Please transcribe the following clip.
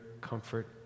comfort